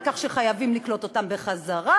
על כך שחייבים לקלוט אותם בחזרה,